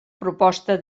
proposta